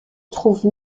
trouve